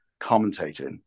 commentating